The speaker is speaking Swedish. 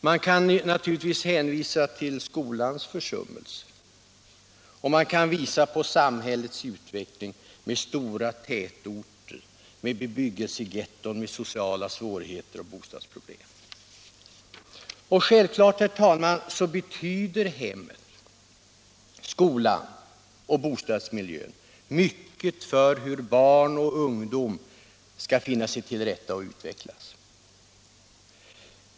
Man kan naturligtvis hänvisa till skolans försummelser och visa på samhällets utveckling mot stora tätorter och bebyggelsegetton med sociala svårigheter och bostadsproblem. Självfallet, herr talman, betyder hem, skola och bostadsmiljö mycket för hur barn och ungdom skall finna sig till rätta och utvecklas.